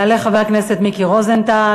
יעלה חבר הכנסת מיקי רוזנטל,